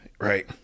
Right